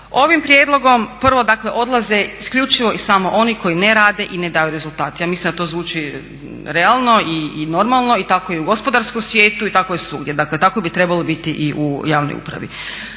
Ovim prijedlogom prvo dakle odlaze isključivo i samo oni koji ne rade i ne daju rezultat. Ja mislim da to zvuči realno i normalno i tako je i u gospodarskom svijetu, i tako je svugdje, dakle tak bi trebalo biti i u javnoj upravi.